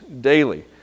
daily